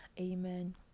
Amen